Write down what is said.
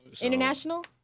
International